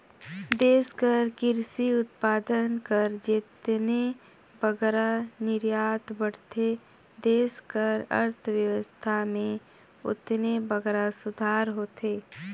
देस कर किरसी उत्पाद कर जेतने बगरा निरयात बढ़थे देस कर अर्थबेवस्था में ओतने बगरा सुधार होथे